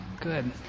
Good